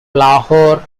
lahore